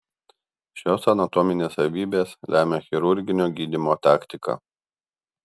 šios anatominės savybės lemia chirurginio gydymo taktiką